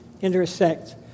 intersect